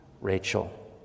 Rachel